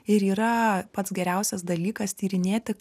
ir yra pats geriausias dalykas tyrinėti